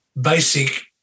basic